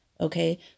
okay